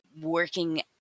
working